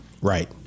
Right